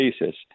basis